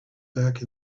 back